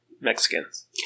Mexicans